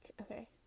okay